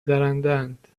درندهاند